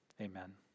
Amen